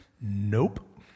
Nope